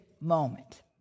moment